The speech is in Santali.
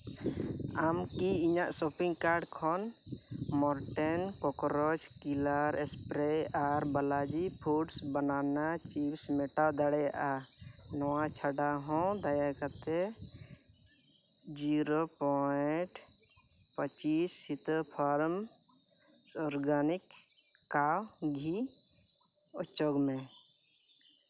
ᱟᱢ ᱠᱤ ᱤᱧᱟᱹᱜ ᱥᱚᱯᱤᱝ ᱠᱟᱨᱴ ᱠᱷᱚᱱ ᱢᱚᱨᱴᱮᱱ ᱠᱳᱠᱨᱳᱡᱽ ᱠᱤᱞᱟᱨ ᱥᱯᱨᱮ ᱟᱨ ᱵᱟᱞᱟᱡᱤ ᱯᱷᱩᱰ ᱵᱟᱱᱟᱱᱟ ᱪᱤᱯᱥ ᱢᱮᱴᱟᱣ ᱫᱟᱲᱮᱭᱟᱜᱼᱟ ᱱᱚᱣᱟ ᱪᱷᱟᱰᱟ ᱦᱚᱸ ᱫᱟᱭᱟ ᱠᱟᱛᱮᱫ ᱡᱤᱨᱳ ᱯᱚᱭᱮᱱᱴ ᱯᱚᱸᱪᱤᱥ Sita farm organic cow ghee ᱚᱪᱚᱜᱽ ᱢᱮ